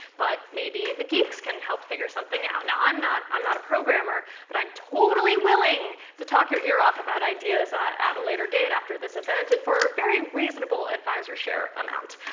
but maybe the geeks can help figure something out. now, i'm not i'm not a programmer, but i'm totally willing to talk your ear off about ideas ah at a later date, at this event, and for a very reasonable advisor share amount.